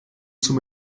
zum